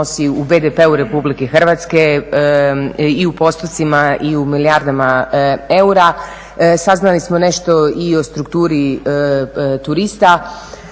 u BDP-u Republike Hrvatske i u postotcima i u milijardama eura. Saznali smo nešto i o strukturi turista